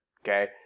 okay